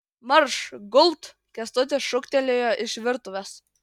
marš gult kęstutis šūktelėjo iš virtuvės